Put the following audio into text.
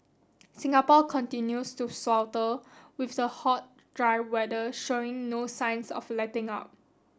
Singapore continues to swelter with the hot dry weather showing no signs of letting up